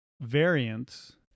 variants